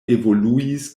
evoluis